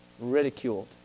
ridiculed